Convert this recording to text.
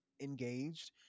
engaged